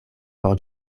por